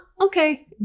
okay